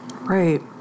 Right